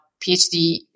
PhD